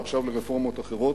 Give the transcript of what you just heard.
ועכשיו ברפורמות אחרות,